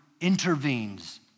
intervenes